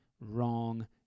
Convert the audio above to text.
wrong